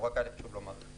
היה לי חשוב לומר את הז.